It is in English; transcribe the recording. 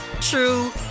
true